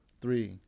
Three